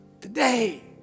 Today